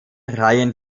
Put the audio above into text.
reihen